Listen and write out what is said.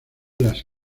las